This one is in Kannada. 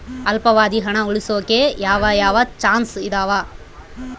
ಅಲ್ಪಾವಧಿ ಹಣ ಉಳಿಸೋಕೆ ಯಾವ ಯಾವ ಚಾಯ್ಸ್ ಇದಾವ?